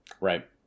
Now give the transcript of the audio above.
Right